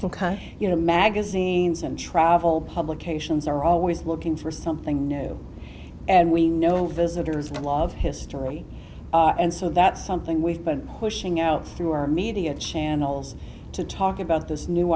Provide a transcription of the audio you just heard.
and you know magazines and travel publications are always looking for something new and we know visitors from a lot of history and so that's something we've been pushing out through our media channels to talk about this new